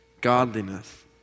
godliness